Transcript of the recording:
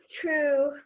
true